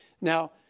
Now